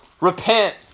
Repent